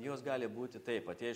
jos gali būti taip atėję iš